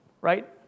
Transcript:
Right